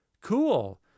Cool